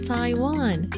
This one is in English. Taiwan